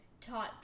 taught